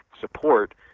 support